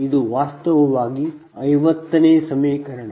ಇದು ವಾಸ್ತವವಾಗಿ 50ನೇ ಸಮೀಕರಣ